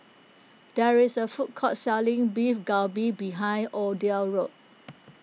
there is a food court selling Beef Galbi behind Odell's house